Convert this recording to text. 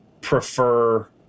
prefer